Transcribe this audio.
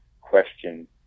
question